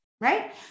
right